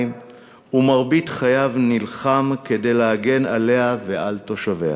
ומרבית חייו נלחם כדי להגן עליה ועל תושביה.